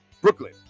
Brooklyn